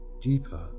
deeper